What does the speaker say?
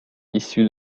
issus